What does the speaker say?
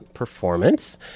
performance